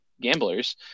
gamblers